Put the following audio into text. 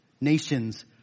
nations